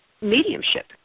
mediumship